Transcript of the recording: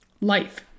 life